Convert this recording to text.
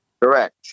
Correct